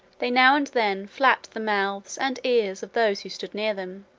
they now and then flapped the mouths and ears of those who stood near them,